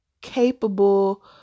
capable